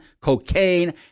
cocaine